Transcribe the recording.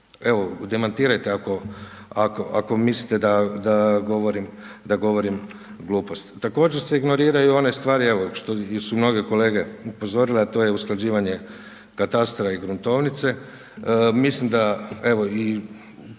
Evo demantirajte, ako mislite da govorim gluposti. Također se ignoriraju one stvari, evo što su mnogi kolege upozorile, a to je usklađivanje katastra i gruntovnice, mislim da evo i